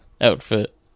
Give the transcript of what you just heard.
outfit